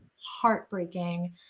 heartbreaking